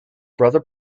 brother